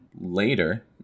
later